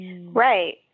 Right